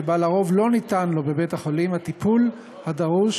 שבה לרוב לא ניתן לו בבית-החולים הטיפול הדרוש